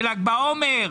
בל"ג בעומר?